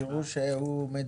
תראו שהוא מדויק.